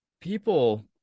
people